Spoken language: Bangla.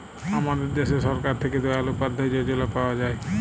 আমাদের দ্যাশে সরকার থ্যাকে দয়াল উপাদ্ধায় যজলা পাওয়া যায়